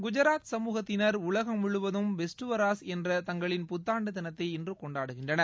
குஜராத் சமூகத்தினர் உலகம் முழுவதம் பெஸ்ட்டுவராஸ் என்ற தங்களின் புத்தாண்டு தினத்தை இன்று கொண்டாடுகின்றார்கள்